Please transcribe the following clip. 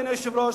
אדוני היושב-ראש,